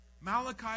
Malachi